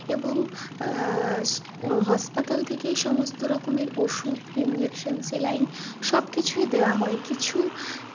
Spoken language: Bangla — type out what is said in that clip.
এবং হাসপাতাল থেকেই সমস্ত রকমের ওষুধ ইঞ্জেকশন স্যালাইন সবকিছুই দেওয়া হয় কিছু